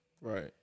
Right